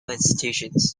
institutions